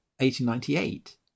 1898